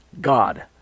God